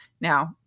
Now